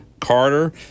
Carter